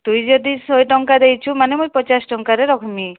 ତୁଇ ଯଦି ଶହେ ଟଙ୍କା ଦେଇଛୁ ମାନେ ମୁଇଁ ପଚାଶ ଟଙ୍କାରେ ରଖମି